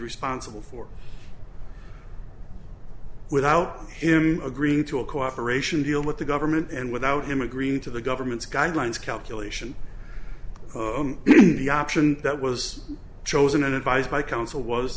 responsible for without him agreeing to a cooperation deal with the government and without him agreeing to the government's guidelines calculation the option that was chosen and advised by counsel was